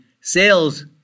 sales